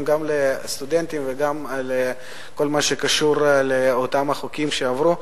לסטודנטים וגם לכל מה שקשור לחוקים שעברו.